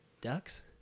ducks